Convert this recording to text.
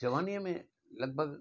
जवानीअ में लॻभॻि